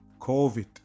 COVID